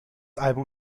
album